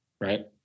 right